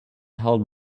held